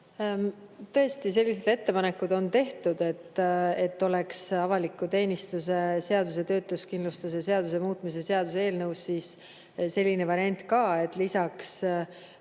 Tõesti, selliseid ettepanekuid on tehtud, et oleks avaliku teenistuse seaduse ja töötuskindlustuse seaduse muutmise seaduse eelnõus selline variant ka, et nende